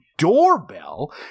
doorbell